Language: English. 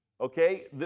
Okay